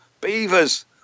beavers